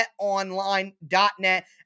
betonline.net